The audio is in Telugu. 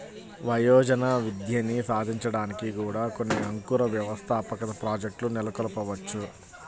వయోజన విద్యని సాధించడానికి కూడా కొన్ని అంకుర వ్యవస్థాపక ప్రాజెక్ట్లు నెలకొల్పవచ్చు